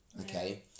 Okay